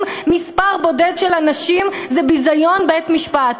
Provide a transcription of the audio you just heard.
מספר בודד של אנשים היא ביזיון בית-משפט.